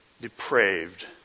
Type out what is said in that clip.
depraved